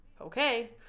Okay